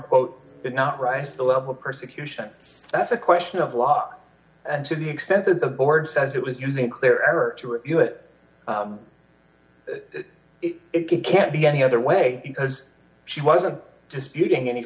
quote did not rise to the level of persecution that's a question of law and to the extent that the board says it was using clear error to review it that it can't be any other way because she was a disputing any